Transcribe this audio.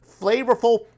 Flavorful